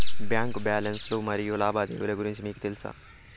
Bank balance లు మరియు లావాదేవీలు గురించి మీకు తెల్సా?